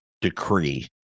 decree